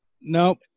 Nope